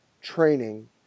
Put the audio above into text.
training